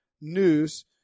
news